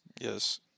Yes